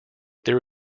there